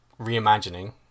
reimagining